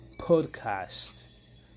Podcast